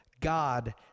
God